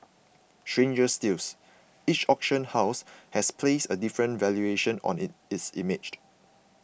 stranger stills each auction house has placed a different valuation on in its imaged